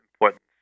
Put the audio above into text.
importance